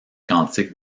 cantiques